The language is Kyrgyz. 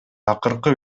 акыркы